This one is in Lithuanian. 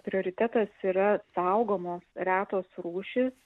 prioritetas yra saugomos retos rūšys